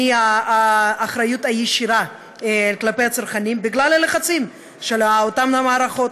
מהאחריות הישירה כלפי הצרכנים בגלל לחצים של אותן מערכות.